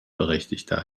berechtigter